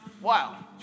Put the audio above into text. Wow